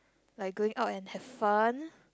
like going out and have fun